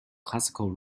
classical